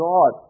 God